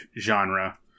genre